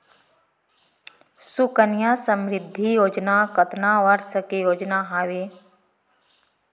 सुकन्या समृद्धि योजना कतना वर्ष के योजना हावे?